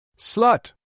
Slut